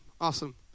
Awesome